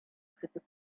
super